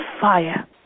fire